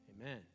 Amen